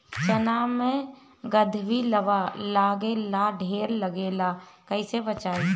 चना मै गधयीलवा लागे ला ढेर लागेला कईसे बचाई?